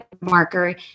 marker